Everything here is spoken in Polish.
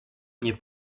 nie